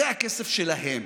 זה הכסף שלהם,